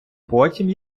потім